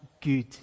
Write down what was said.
good